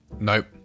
Nope